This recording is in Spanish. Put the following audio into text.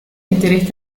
interés